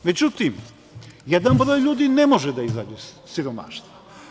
Međutim, jedan broj ljudi ne može da izađe iz siromaštva.